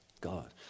God